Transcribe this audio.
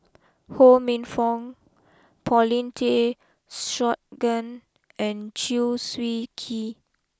Ho Minfong Paulin Tay Straughan and Chew Swee Kee